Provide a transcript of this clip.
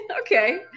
okay